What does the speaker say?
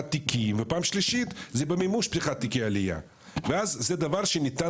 תיקים ופעם שלישית זה במימוש פתיחת תיקי עלייה ואז זה דבר שניתן